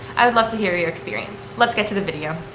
i would love to hear your experience. let's get to the video.